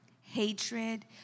hatred